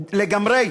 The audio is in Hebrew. לגמרי.